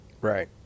right